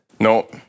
no